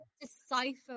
decipher